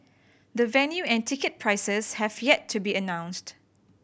the venue and ticket prices have yet to be announced